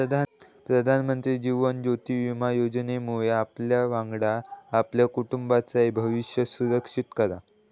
प्रधानमंत्री जीवन ज्योति विमा योजनेमुळे आपल्यावांगडा आपल्या कुटुंबाचाय भविष्य सुरक्षित करा